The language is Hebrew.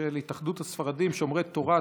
של התאחדות הספרדים שומרי תורה,